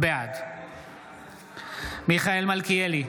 בעד מיכאל מלכיאלי,